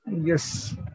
Yes